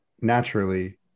naturally